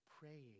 praying